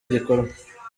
gikorwa